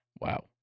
Wow